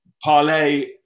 parlay